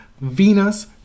Venus